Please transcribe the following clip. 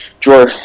drawer